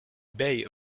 bay